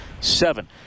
seven